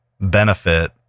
benefit